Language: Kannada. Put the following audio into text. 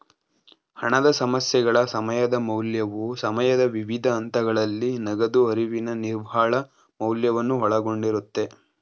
ಹಣದ ಸಮಸ್ಯೆಗಳ ಸಮಯದ ಮೌಲ್ಯವು ಸಮಯದ ವಿವಿಧ ಹಂತಗಳಲ್ಲಿ ನಗದು ಹರಿವಿನ ನಿವ್ವಳ ಮೌಲ್ಯವನ್ನು ಒಳಗೊಂಡಿರುತ್ತೆ